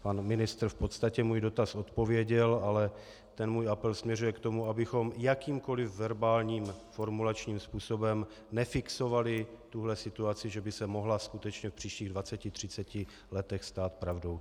Pan ministr v podstatě můj dotaz zodpověděl, ale ten můj apel směřuje k tomu, abychom jakýmkoli verbálním formulačním způsobem nefixovali tuto situaci, že by se mohla skutečně v příštích dvaceti třiceti letech stát pravdou.